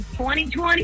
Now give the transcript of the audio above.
2020